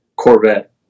corvette